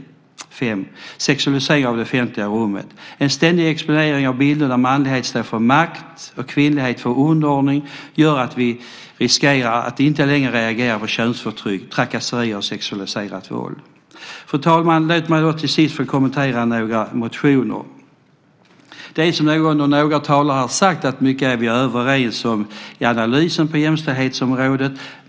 För det femte gäller det sexualiseringen av det offentliga rummet. En ständig exponering av bilden av att manlighet står för makt och kvinnlighet för underordning gör att vi riskerar att inte längre reagera på könsförtryck, trakasserier och sexualiserat våld. Fru talman! Låt mig till sist få kommentera några motioner. Som några talare har sagt är vi överens om mycket i analysen på jämställdhetsområdet.